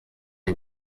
den